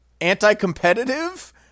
anti-competitive